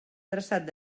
traçat